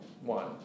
One